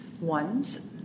ones